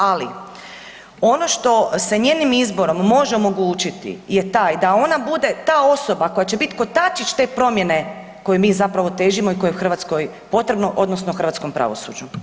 Ali ono što sa njezinim izborom možemo odlučiti je taj da ona bude ta osoba koja će biti kotačić te promjene kojoj mi zapravo težimo i koje je Hrvatskoj potrebno, odnosno hrvatskom pravosuđu.